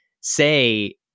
say –